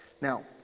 Now